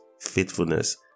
faithfulness